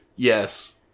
Yes